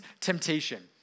temptation